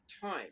time